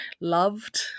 loved